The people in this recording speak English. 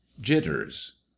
jitters